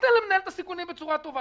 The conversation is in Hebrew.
נותנת להם לנהל את הסיכונים בצורה טובה.